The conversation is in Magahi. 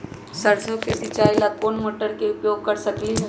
सरसों के सिचाई ला कोंन मोटर के उपयोग कर सकली ह?